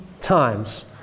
times